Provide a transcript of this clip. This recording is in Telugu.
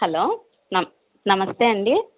హలో నమ నమస్తే అండి